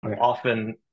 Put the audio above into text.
Often